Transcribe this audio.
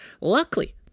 Luckily